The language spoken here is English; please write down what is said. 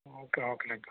okay okay